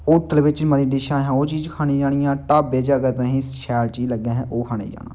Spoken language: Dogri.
होटल बिच्च नमीं डिशां असें ओह् चीज खाने जाना ऐ ढाबे च अगर असेंगी शैल चीज लब्भै असें ओह् खाने गी जाना